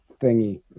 thingy